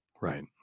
Right